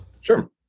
Sure